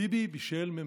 ביבי בישל ממשלה.